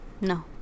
No